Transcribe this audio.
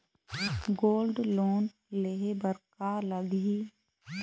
Gold loan लेहे बर का लगही?